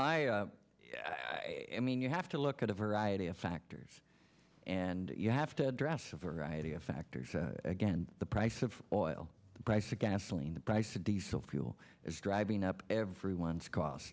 it i mean you have to look at a variety of factors and you have to address a variety of factors again the price of oil the price of gasoline the price of diesel fuel is driving up everyone's co